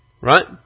Right